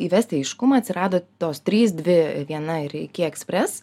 įvesti aiškumą atsirado tos trys dvi viena ir iki express